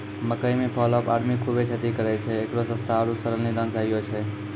मकई मे fall of army खूबे क्षति करेय छैय, इकरो सस्ता आरु सरल निदान चाहियो छैय?